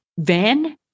Van